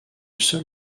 seul